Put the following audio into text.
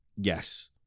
Yes